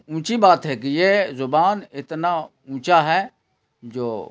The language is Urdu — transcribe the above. اونچی بات ہے کہ یہ زبان اتنا اونچا ہے جو